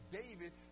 david